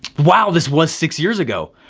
wow, this was six years ago.